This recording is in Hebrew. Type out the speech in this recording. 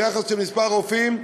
ביחס של מספר הרופאים,